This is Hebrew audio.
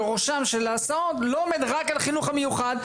ראשם של ההסעות לא עומדת רק על החינוך המיוחד,